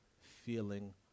feeling